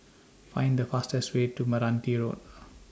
Find The fastest Way to Meranti Road